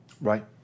Right